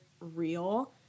real